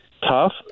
tough